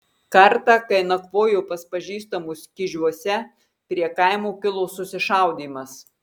kartą kai nakvojo pas pažįstamus kižiuose prie kaimo kilo susišaudymas